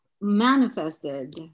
manifested